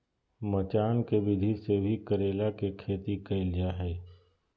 मचान के विधि से भी करेला के खेती कैल जा हय